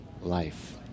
life